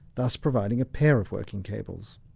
thus providing a pair of working cables.